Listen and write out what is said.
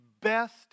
best